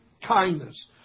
kindness